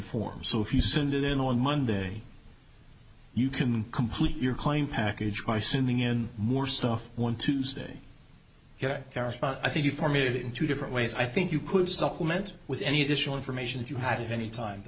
form so if you send it in on monday you can complete your claim package by sending in more stuff on tuesday ok i think you permitted in two different ways i think you could supplement with any additional information if you had any time the